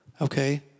Okay